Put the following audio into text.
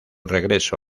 regreso